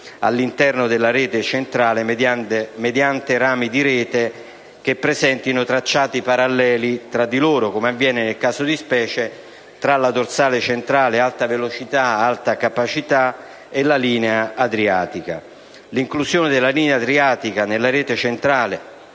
all'interno della rete centrale mediante rami di rete che presentino tracciati paralleli tra di loro, come avviene, nel caso di specie, tra la dorsale centrale alta velocità/alta capacità e la linea adriatica. L'inclusione della linea adriatica nella rete centrale